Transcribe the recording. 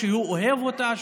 שהוא אוהב אותה,